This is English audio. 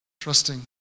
trusting